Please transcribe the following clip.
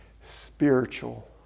spiritual